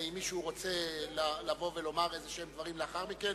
אם מישהו רוצה לומר דברים לאחר מכן,